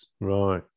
Right